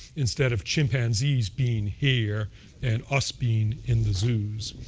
instead of chimpanzees being here and us being in the zoos.